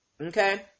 okay